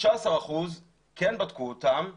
16% כן נבדקו אבל